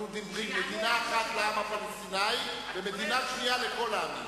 אנחנו מדברים על מדינה אחת לעם הפלסטיני ומדינה שנייה לכל העמים.